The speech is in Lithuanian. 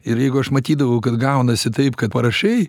ir jeigu aš matydavau kad gaunasi taip kad parašai